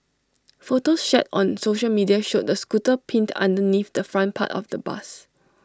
photos shared on social media showed the scooter pinned underneath the front part of the bus